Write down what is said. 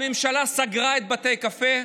הממשלה סגרה את בתי הקפה,